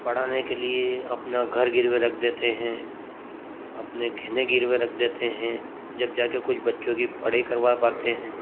पढ़ने के लिए अपना घर गिरवी रख देते हैं अपने गहणे गिरवी रख देते हैं जब जा कर कुछ बच्चों की पढ़ाई करवा पाते हैं